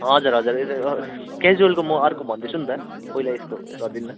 हजार हजार क्याज्वलको म अर्को भन्दैछु नि त पहिला यसको गरिदिनु न